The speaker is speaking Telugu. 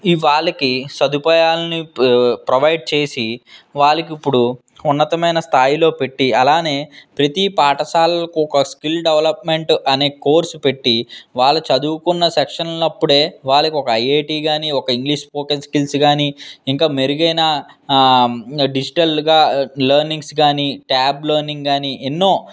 ఇవి వాళ్ళకి సదుపాయాలని ప్రొవైడ్ చేసి వాళ్ళకి ఇప్పుడు ఉన్నతమైన స్థాయిలో పెట్టి అలానే ప్రతి పాఠశాలలకు ఒక స్కిల్ డెవలప్మెంట్ అనే కోర్సు పెట్టి వాళ్ళ చదువుకున్న సెక్షన్ అప్పుడే వాళ్లకు ఒక ఐఐటీ కానీ ఒక ఇంగ్లీష్ స్పోకెన్ స్కిల్స్ కానీ ఇంకా మెరుగైన డిజిటల్గా లెర్నింగ్స్ కానీ ట్యాబ్ లెర్నింగ్ కానీ ఎన్నో